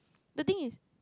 the thing is